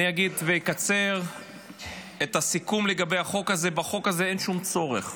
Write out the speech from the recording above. אני אגיד ואקצר את הסיכום לגבי החוק הזה: בחוק הזה אין שום צורך.